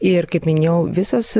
ir kaip minėjau visos